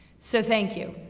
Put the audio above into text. so, thank you.